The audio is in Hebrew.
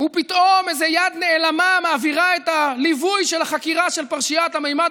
ופתאום איזו יד נעלמה מעבירה את הליווי של החקירה של פרשיית הממד